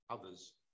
others